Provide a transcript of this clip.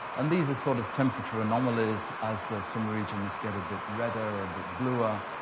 and these are sort of temperature anomalies, as some regions get a bit redder or a bit bluer.